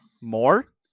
More